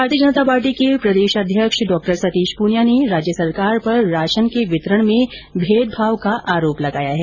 भारतीय जनता पार्टी के प्रदेश अध्यक्ष डॉ सतीश प्रनिया ने राज्य सरकार पर राशन के वितरण में भेदभाव का आरोप लगाया है